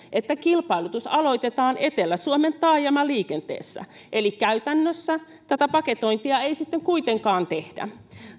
että kilpailutus aloitetaan etelä suomen taajamaliikenteestä eli käytännössä tätä paketointia ei sitten kuitenkaan tehdä